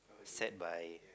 set by